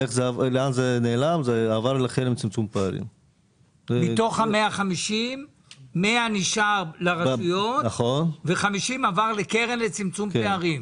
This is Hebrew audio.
100 מתוך ה-150 נשאר לרשויות ו-50 עברו לקרן לצמצום פערים?